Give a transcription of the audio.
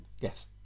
Yes